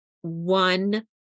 one